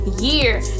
year